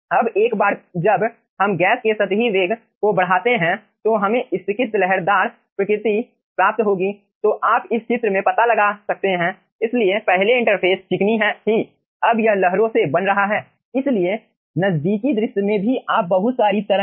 अब एक बार जब हम गैस के सतही वेग को बढ़ाते हैं तो हमें स्तरीकृत लहरदार प्रकृति प्राप्त होगी